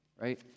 right